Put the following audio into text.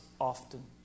often